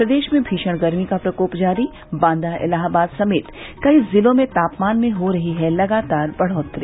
प्रदेश में भीषण गर्मी का प्रकोप जारी बांदा इलाहाबाद समेत कई जिलों में तापमान में हो रही है लगातार बढ़ोत्तरी